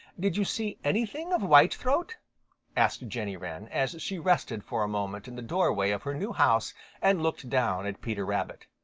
did you see anything of whitethroat? asked jenny wren, as she rested for a moment in the doorway of her new house and looked down at peter rabbit.